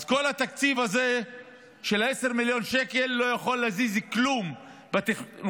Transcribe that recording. אז כל התקציב הזה של 10 מיליון שקל לא יכול להזיז כלום בתכנון.